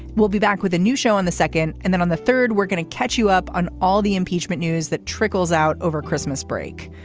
we'll be back with a new show on the second and then on the third. we're going to catch you up on all the impeachment news that trickles out over christmas break.